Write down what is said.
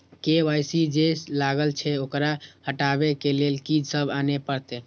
KYC जे लागल छै ओकरा हटाबै के लैल की सब आने परतै?